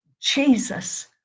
Jesus